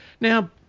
now